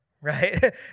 right